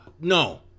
no